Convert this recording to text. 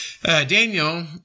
Daniel